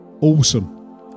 Awesome